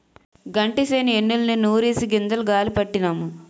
గంటిసేను ఎన్నుల్ని నూరిసి గింజలు గాలీ పట్టినాము